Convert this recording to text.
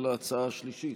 על ההצעה השלישית.